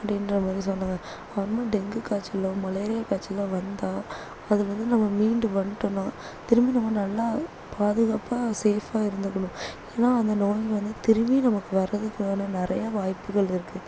அப்படிங்ற மாதிரி சொன்னாங்க ஒன் டைம் டெங்கு காய்ச்சலோ மலேரியா காய்ச்சலோ வந்தால் அதில் இருந்து நம்ம மீண்டு வந்துடோம்னா திரும்பி நம்ம நல்லா பாதுகாப்பாக சேஃப்பாக இருந்துக்கணும் ஏன்னால் அந்த நோய் வந்து திரும்பி நமக்கு வரதுக்கு வந்து நிறைய வாய்ப்புகள் இருக்குது